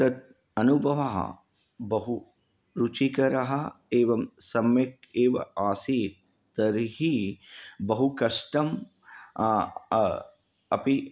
तत् अनुभवः बहुरुचिकरः एवं सम्यक् एव आसीत् तर्हि बहुकष्टं अपि